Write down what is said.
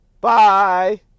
Bye